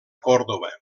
còrdova